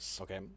Okay